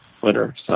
Twitter